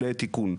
לתיקון.